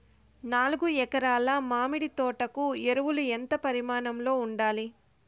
నాలుగు ఎకరా ల మామిడి తోట కు ఎరువులు ఎంత పరిమాణం లో ఉండాలి?